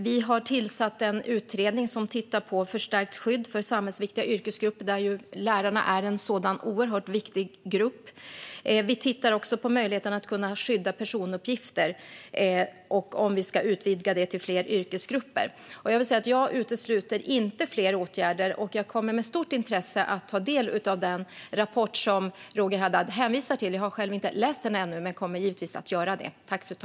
Vi har tillsatt en utredning som tittar på förstärkt skydd för samhällsviktiga yrkesgrupper. Lärarna är en sådan, oerhört viktig, grupp. Vi tittar också på möjligheten att skydda personuppgifter och om vi ska utvidga det till fler yrkesgrupper. Jag utesluter inte fler åtgärder Jag kommer att med stort intresse ta del av den rapport som Roger Haddad hänvisar till. Jag har inte själv läst den ännu, men jag kommer givetvis att göra det.